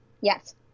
Yes